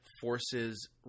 forces